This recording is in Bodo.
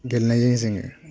गेलेनायजों जोङो